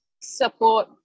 support